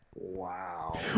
Wow